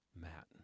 Matt